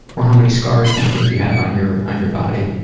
or how many scars do you think you have on your on your body?